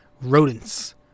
rodents